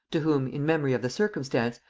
to whom, in memory of the circumstance,